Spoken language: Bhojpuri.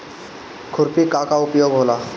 खुरपी का का उपयोग होला?